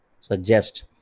suggest